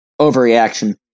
Overreaction